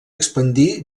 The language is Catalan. expandir